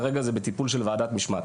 כרגע זה בטיפול של ועדת משמעת.